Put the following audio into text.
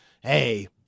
hey